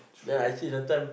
then I see sometimes